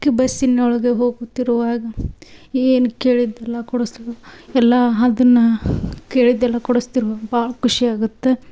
ಬಸ್ಸಿನೊಳಗೆ ಹೋಗುತ್ತಿರುವಾಗ ಏನು ಕೇಳಿದ್ದೆಲ್ಲ ಕೊಡಿಸ್ ಎಲ್ಲ ಅದನ್ನ ಕೇಳಿದ್ದೆಲ್ಲ ಕೊಡಿಸ್ ಭಾಳ ಖುಷಿಯಾಗತ್ತೆ